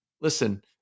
listen